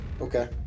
okay